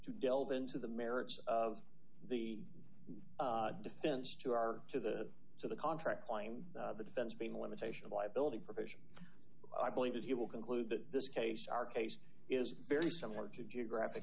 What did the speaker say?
to delve into the merits of the defense to our to the to the contract claim the defense being limitation of liability provision i believe that he will conclude that this case our case is very similar to geographic